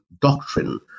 doctrine